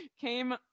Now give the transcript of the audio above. came